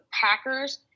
Packers